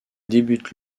débute